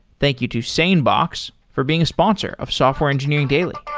thank you to sanebox for being a sponsor of software engineering daily